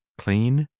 clean,